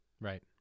Right